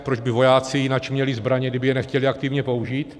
Proč by vojáci jináč měli zbraně, kdyby je nechtěli aktivně použít?